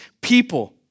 people